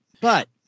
But-